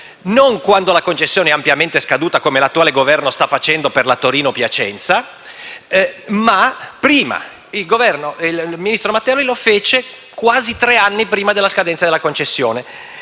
non quando la concessione è ampiamente scaduta, come l'attuale Governo sta facendo per la Torino-Piacenza, ma prima. E il ministro Matteoli lo fece quasi tre anni prima della scadenza della concessione.